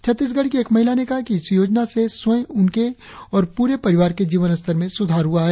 छत्तीसगढ़ की एक महिला ने कहा कि इस योजना से स्वयं उनके और प्ररे परिवार के जीवन स्तर में सुधार हुआ है